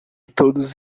todos